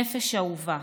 נפש אהובה,